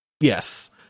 Yes